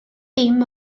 dim